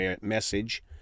message